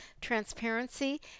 transparency